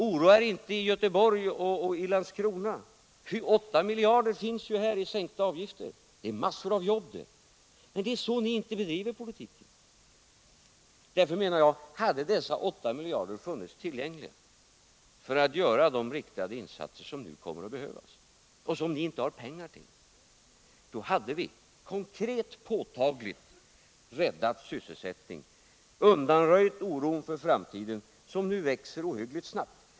Oroa er inte i Göteborg och Landskrona. 8 miljarder finns ju här i sänkta avgifter. Det är massor av jobb det. Men det är inte så ni bedriver politik. Därför menar jag att hade dessa 8 miljarder funnits tillgängliga för att göra de riktade insatser som nu kommer att behövas och som ni inte har pengar till, hade vi konkret och påtagligt räddat sysselsättning, undanröjt oron för framtiden, en oro som nu växer ohyggligt snabbt.